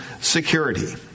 security